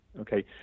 Okay